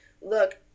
look